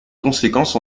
conséquences